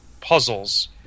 puzzles